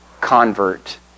convert